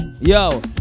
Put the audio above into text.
yo